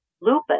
lupus